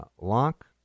Lock